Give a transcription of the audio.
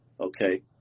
okay